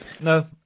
No